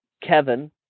Kevin